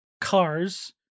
cars